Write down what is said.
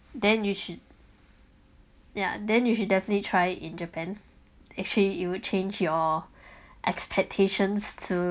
then you should ya then you should definitely try in japan actually it would change your expectations to